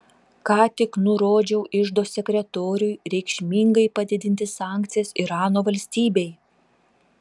ką tik nurodžiau iždo sekretoriui reikšmingai padidinti sankcijas irano valstybei